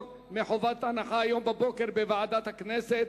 מחובת הנחה היום בבוקר בוועדת הכנסת.